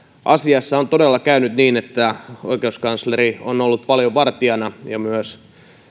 asiassa on todella käynyt niin että oikeuskansleri on ollut paljon vartijana ja myös